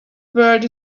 world